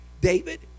David